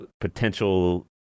potential